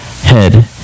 head